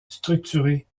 structurée